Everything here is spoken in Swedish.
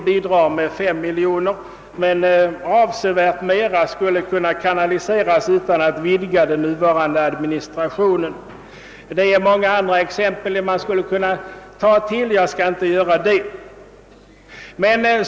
Vi bidrar med 5 miljoner, men avsevärt mera skulle kunna kanaliseras utan att den nuvarande administrationen behöver bli större. Jag skulle kunna anföra många andra exempel men skall inte göra det.